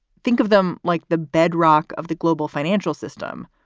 think of them like the bedrock of the global financial system.